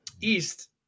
East